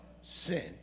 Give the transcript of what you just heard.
sin